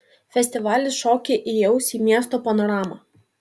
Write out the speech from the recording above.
festivalis šokį įaus į miesto panoramą